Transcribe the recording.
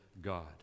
God